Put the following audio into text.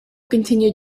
continued